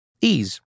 Ease